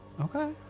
okay